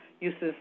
uses